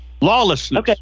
Lawlessness